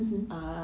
mmhmm hmm